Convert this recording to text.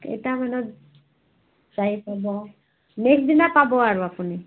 কেইটামানত যাই পাব নেক্সট দিনা পাব আৰু আপুনি